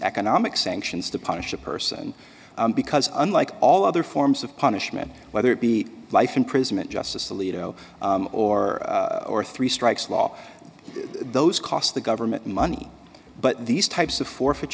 economic sanctions to punish a person because unlike all other forms of punishment whether it be life imprisonment justice alito or or three strikes law those cost the government money but these types of forfeit